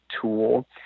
tool